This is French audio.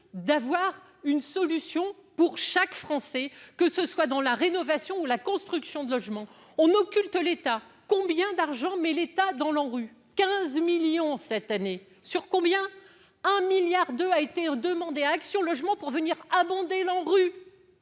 d'avoir une solution pour chaque Français, que ce soit dans la rénovation ou la construction de logements on occulte l'État combien d'argent, mais l'État dans la rue 15 millions cette année, sur combien un milliard de a été demandée, Action logement pour venir abonder ANRU